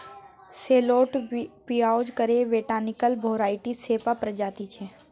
सैलोट पिओज केर botanical variety सेपा प्रजाति छै